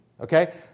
okay